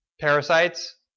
Parasites